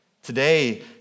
Today